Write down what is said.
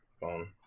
phone